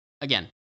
again